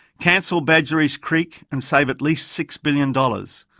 cancel badgerys creek and save at least six billion dollars.